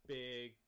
big